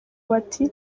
bati